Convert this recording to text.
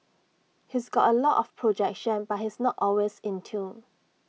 he's got A lot of projection but he's not always in tune